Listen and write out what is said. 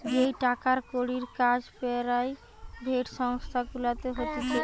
যেই টাকার কড়ির কাজ পেরাইভেট সংস্থা গুলাতে হতিছে